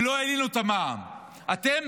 ולא העלנו את המע"מ, אתם,